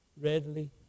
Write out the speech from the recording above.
readily